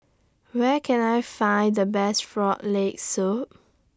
Where Can I Find The Best Frog Leg Soup